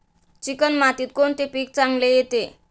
Chicken मातीत कोणते पीक चांगले येते?